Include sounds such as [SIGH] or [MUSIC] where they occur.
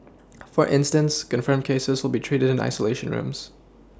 [NOISE] for instance confirmed cases will be treated in isolation rooms